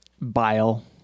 Bile